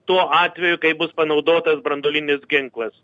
tuo atveju kai bus panaudotas branduolinis ginklas